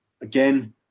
again